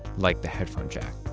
like the headphone jack.